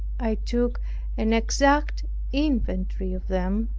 i took an exact inventory of them,